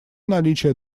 наличие